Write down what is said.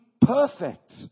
perfect